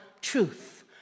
truth